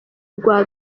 rwa